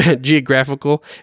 geographical